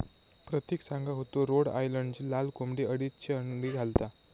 प्रतिक सांगा होतो रोड आयलंडची लाल कोंबडी अडीचशे अंडी घालता